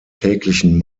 täglichen